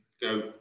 go